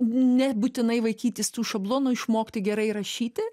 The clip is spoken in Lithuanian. nebūtinai vaikytis tų šablonų išmokti gerai rašyti